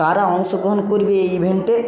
কারা অংশগ্রহণ করবে এ ইভেন্টে